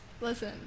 Listen